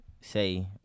say